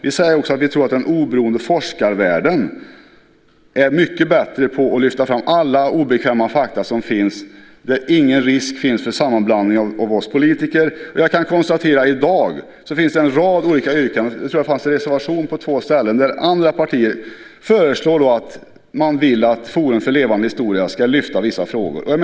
Vi tror att den oberoende forskarvärlden är mycket bättre på att lyfta fram alla obekväma fakta, och då finns ingen risk för inblandning från oss politiker. I dag finns en rad olika yrkanden. Jag tror det finns en reservation där andra partier på två ställen föreslår att Forum för levande historia ska lyfta vissa frågor.